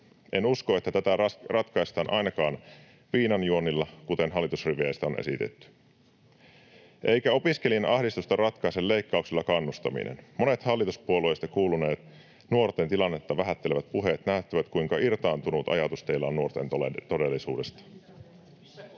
Enpä usko, että tätä ratkaistaan ainakaan viinanjuonnilla, kuten hallitusriveistä on esitetty. Eikä opiskelijan ahdistusta ratkaise leikkauksilla "kannustaminen". Monet hallituspuolueista kuuluneet nuorten tilannetta vähättelevät puheet näyttävät, kuinka irtaantunut ajatus teillä on nuorten todellisuudesta.